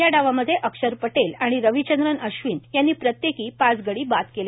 या डावामध्ये अक्षर पटेल आणि रविचंद्रन अश्विन यांनी प्रत्येकी पाच गडी बाद केले